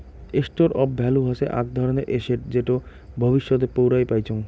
store of value হসে আক ধরণের এসেট যেটো ভবিষ্যতে পৌরাই পাইচুঙ